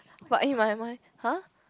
but in my mind [huh]